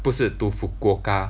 不是 to Fukuoka